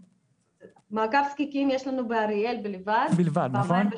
מעקב זקיקים יש לנו באריאל בלבד פעמיים בשבוע.